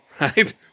right